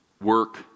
work